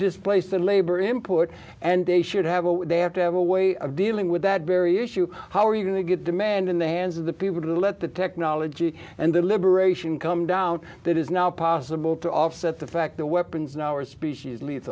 displace the labor import and they should have all they have to have a way of dealing with that very issue how are you going to get demand in the hands of the people to let the technology and deliberation come down that is now possible to offset the fact the weapons in our species le